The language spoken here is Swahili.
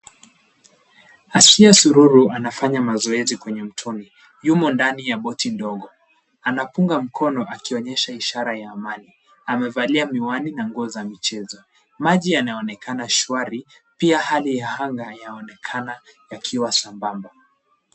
Asiya Sururu anafanya mazoezi kwenye mtoni. Yumo ndani ya boti ndogo. Anapunga mkono akionyesha ishara ya amani. Amevalia miwani na nguo za michezo. Maji yanaonekana shwari pia hali ya anga yaonekana yakiwa sambamba.